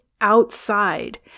outside